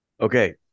Okay